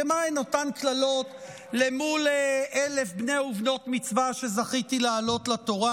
כי מהן אותן קללות למול 1,000 בני ובנות מצווה שזכיתי להעלות לתורה,